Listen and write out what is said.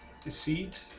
Deceit